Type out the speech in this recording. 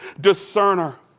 discerner